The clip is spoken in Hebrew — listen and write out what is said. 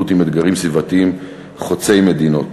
ובהתמודדות עם אתגרים סביבתיים חוצי מדינות.